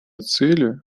цели